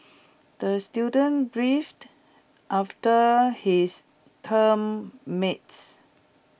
the student beefed after his term mates